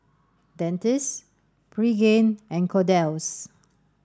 Dentiste Pregain and Kordel's